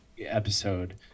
episode